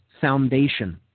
foundation